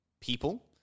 people